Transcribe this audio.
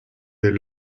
their